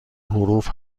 حروف